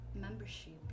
membership